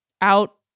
Out